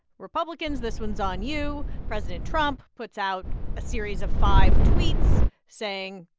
republicans, this one's on you. president trump puts out a series of five tweets saying,